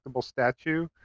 statue